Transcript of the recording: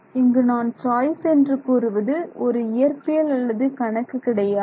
மாணவர் இங்கு நான் சாய்ஸ் என்று கூறுவது ஒரு இயற்பியல் அல்லது கணக்கு கிடையாது